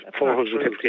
450